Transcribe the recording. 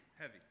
Heavy